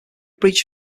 breach